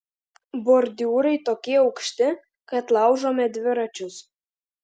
bordiūrai tokie aukšti kad laužome dviračius